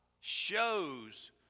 shows